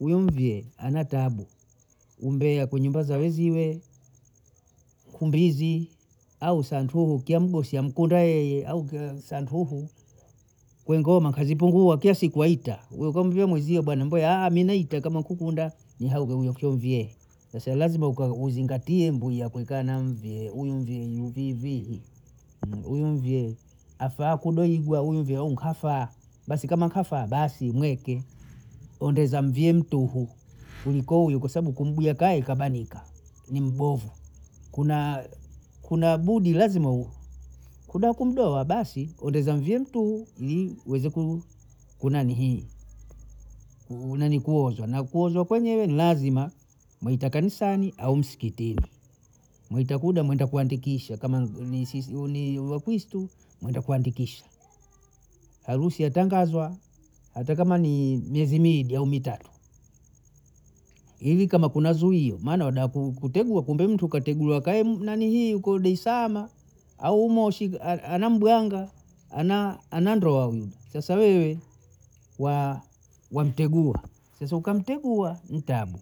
Ni mvyee ana tabu, umbea kwenye nyumba za wenziwe, nkumbizi au santuhu kiya mgosi amkunda yeye au santuhu kweingoma kazipungua kesi kwaita, we kamwabie mwenziwe bana mbwe mi naita kama kukunda ni haukogonkyo vyee kwa sabu lazima uka- uzingatiye mbuyi ya kwikaa na mvyee, huyu mvyee yu vivivi huyu mvyee afaa kubeigwa huyu mvyee au nkafaa, basi kama nkafaa basi niece ondeza mvii mtuhu kuliko huyu kwa sabu kumdweka yeye kabanika ni mbovu, kuna kuna budi lazima kuda kumdoa basi hondeza mvi mtuhu yii weze ku- kunanihii kunani kuozwa na kuozwa kwenywe ni lazima mwite kansani au msikitini, mwite kuda mwinde kuandikisha kama sisi ni wakristu nenda kuandikisha, harusi ya tangazwa hata kama ni miezi miwiyi au mitatu, ili kama kuna zuio maana wada ku- kutegua kumbe huyu mtu kategua kae nanihii uko daesaama au umoshiga anambwanga ana ndoa huyu, sasa weye wa- wamtegua sasa ukamtegua ni tabu,